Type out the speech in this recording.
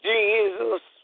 Jesus